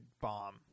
bomb